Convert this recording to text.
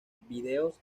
videos